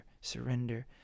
surrender